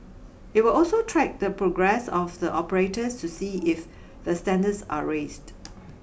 it will also track the progress of the operators to see if the standards are raised